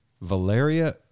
Valeria